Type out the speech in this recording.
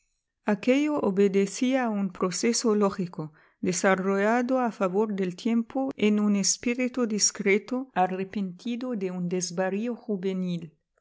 aquello obedecía a un proceso lógico desarrollado a favor del tiempo en un espíritu discreto arrepentido de un desvarío juvenil